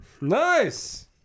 Nice